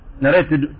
narrated